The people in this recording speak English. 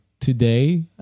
today